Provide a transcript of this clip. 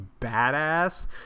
badass